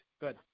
Good